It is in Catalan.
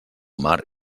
mar